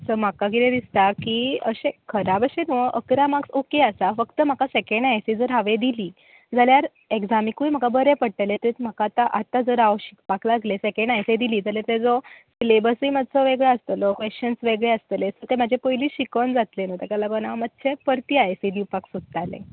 sir म्हाका कितें दिसता की अशे खराब अशें नू इकरा मार्क्स ऑके आसा पूण जर सॅकँड आय एस ए जर हांवें दिली जाल्यार एग्जामिकूय म्हाका बरें पडटले तेच म्हाका आतां आतां जर हांव शिकपाक लागले सॅकँड आय एस ए दिली जाल्यार तेजो सिलॅबसूय मात्सो वेग्ळो आसतलो क्वॅशन वेगळे आसतले सो ते म्हजे पयलीच शिकोन जातले तेका लागून हांव मात्शे परती आय एस ए दिवपाक सोदताले